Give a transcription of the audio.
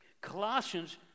Colossians